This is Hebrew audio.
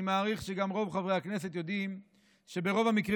אני מעריך שגם רוב חברי הכנסת יודעים שברוב המקרים